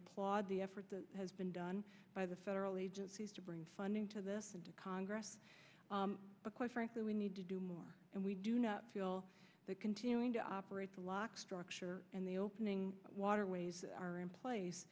applaud the effort that has been done by the federal agencies to bring funding to the congress quite frankly we need to do more and we do not feel that continuing to operate the lock structure and the opening waterways are in place